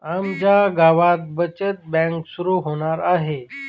आमच्या गावात बचत बँक सुरू होणार आहे